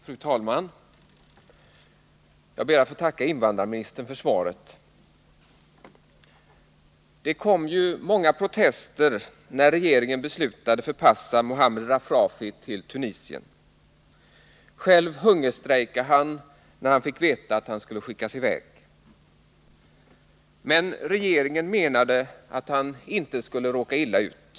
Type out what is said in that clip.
Fru talman! Jag ber att få tacka invandrarministern för svaret. Det kom många protester när regeringen beslutade att förpassa Mohamed Rafrafi till Tunisien. Själv hungerstrejkade han när han fick veta att han skulle skickas i väg. Men regeringen menade att han inte skulle råka illa ut.